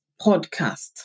podcast